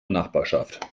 nachbarschaft